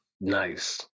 Nice